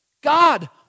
God